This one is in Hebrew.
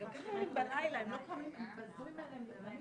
יודעת לגבי הידבקויות בבתי המלון,